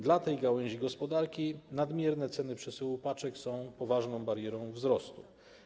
Dla tej gałęzi gospodarki nadmierne ceny przesyłu paczek są poważną barierą wzrostu.